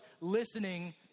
listening